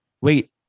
wait